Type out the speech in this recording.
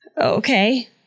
Okay